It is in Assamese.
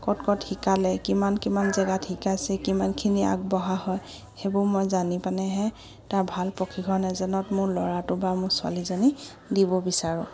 ক'ত ক'ত শিকালে কিমান কিমান জেগাত শিকাইছে কিমানখিনি আগবঢ়া হয় সেইবোৰ মই জানি পানেহে তাৰ ভাল প্ৰশিক্ষক এজনক মোৰ ল'ৰাটো বা মোৰ ছোৱালীজনী দিব বিচাৰোঁ